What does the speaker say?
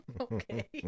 Okay